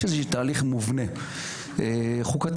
יש תהליך מובנה חוקתי,